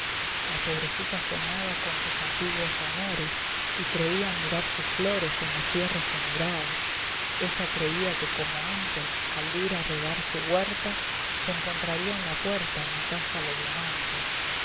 la pobrecita soñaba con sus antiguos amores y creía mirar sus flores en los fierros que miraba ella creía que como antes al dir a regar su güerta se encontraría en la puerta una caja de diamantes